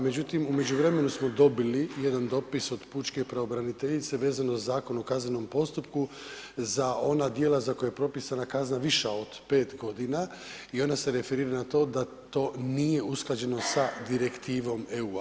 Međutim u međuvremenu smo dobili jedan dopis od pučke pravobraniteljice vezano uz Zakon o kaznenom postupku za ona djela za koja je propisana kazna viša od 5 godina i ona se referira na to da to nije usklađeno sa direktivom EU-a.